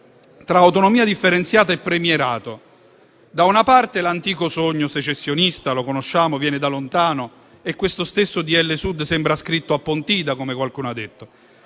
tra autonomia differenziata e premierato: da una parte, l'antico sogno secessionista, che conosciamo, viene da lontano (questo decreto-legge Sud sembra scritto a Pontida, come qualcuno ha detto);